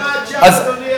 אדוני,